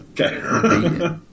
okay